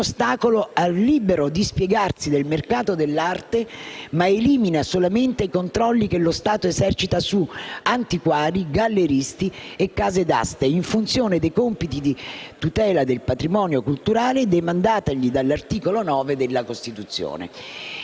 rimuove alcun ostacolo al libero dispiegarsi del mercato dell'arte, ma elimina solamente i controlli che lo Stato esercita su antiquari, galleristi e case d'aste in funzione dei compiti di tutela del patrimonio culturale demandatigli dall'articolo 9 della Costituzione.